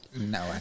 No